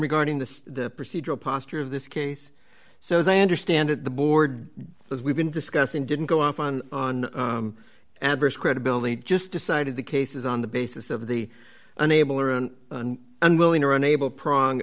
regarding the procedural posture of this case so as i understand it the board as we've been discussing didn't go off on on adverse credibility just decided the cases on the basis of the unable or unwilling or unable prong